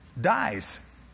dies